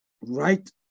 right